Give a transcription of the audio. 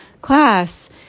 class